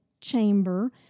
chamber